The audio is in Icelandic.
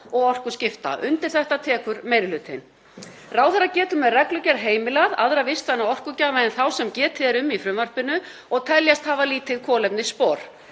og orkuskipta. Undir þetta tekur meiri hlutinn. Ráðherra getur með reglugerð heimilað aðra vistvæna orkugjafa en þá sem getið er um í frumvarpinu og teljast hafa lítið kolefnisspor.